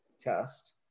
test